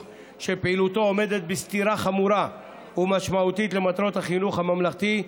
שפעילותו עומדת בסתירה חמורה ומשמעותית למטרות החינוך הממלכתי,